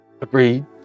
Agreed